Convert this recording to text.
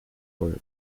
for